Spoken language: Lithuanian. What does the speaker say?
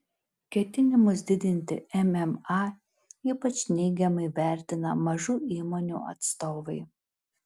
ketinimus didinti mma ypač neigiamai vertina mažų įmonių atstovai